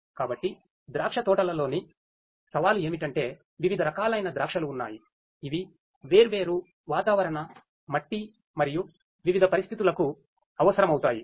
కాబట్టి ద్రాక్షతోటలలోని సవాలు ఏమిటంటే వివిధ రకాలైన ద్రాక్షలు ఉన్నాయి ఇవి వేర్వేరు వాతావరణ మట్టి మరియు వివిధ పరిస్థితులకు అవసరమవుతాయి